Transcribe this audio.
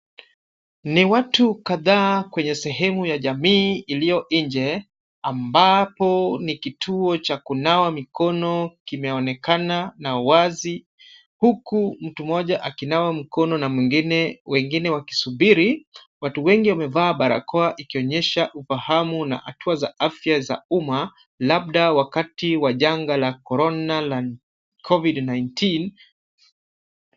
Ni watu kadhaa kwenye sehemu ya jamii iliyo nje ambapo ni kituo cha kunawa mikono kimeonekana na wazi huku mtu mmoja akinawa mikono na wengine wakisubiri. Watu wengi wamevaa barakoa ikionyesha ufahamu na hatua za afya za umma, labda wakati wa janga la korona la COVID-19 .